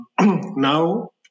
Now